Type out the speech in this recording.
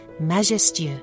majestueux